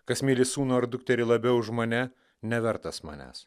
kas myli sūnų ar dukterį labiau už mane nevertas manęs